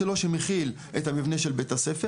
אני רק מדייק את דברי כי התייחסתי למדיניות המשרד,